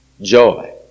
joy